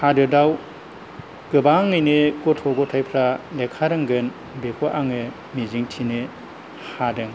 हादोदाव गोबाङैनो गथ' गथायफ्रा लेखा रोंगोन बेखौ आङो मिजिंथिनो हादों